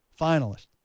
finalist